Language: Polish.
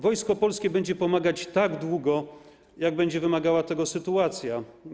Wojsko Polskie będzie pomagać tak długo, jak długo będzie wymagała tego sytuacja.